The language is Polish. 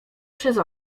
przez